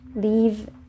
Leave